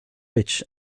rich